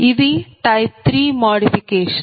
ఇది type 3 modification